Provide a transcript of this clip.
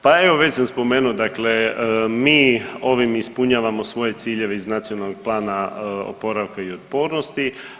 Pa evo već sam spomenuo, dakle mi ovim ispunjavamo svoje ciljeve iz Nacionalnog plana oporavka i otpornosti.